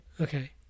Okay